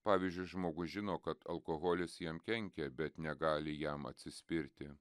pavyzdžiui žmogus žino kad alkoholis jam kenkia bet negali jam atsispirti